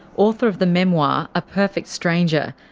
author of the memoir a perfect stranger,